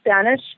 Spanish